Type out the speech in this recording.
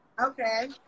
Okay